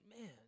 man